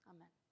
Amen